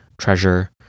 treasure